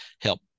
help